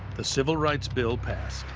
the civil rights bill passed.